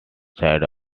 side